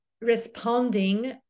responding